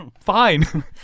Fine